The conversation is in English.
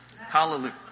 Hallelujah